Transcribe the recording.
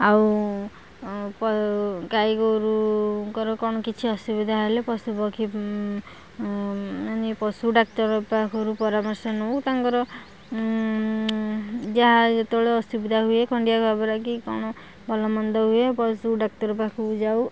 ଆଉ ପ ଗାଈ ଗୋରୁଙ୍କର କଣ କିଛି ଅସୁବିଧା ହେଲେ ପଶୁ ପକ୍ଷୀ ପଶୁ ଡ଼ାକ୍ତର ପାଖରୁ ପରାମର୍ଶ ନେଉ ତାଙ୍କର ଯା ଯେତେବେଳେ ଅସୁବିଧା ହୁଏ ଖଣ୍ଡିଆ ଖାବରା କି କଣ ଭଲ ମନ୍ଦ ହୁଏ ପଶୁ ଡ଼ାକ୍ତର ପାଖକୁ ଯାଉ